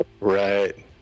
Right